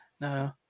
no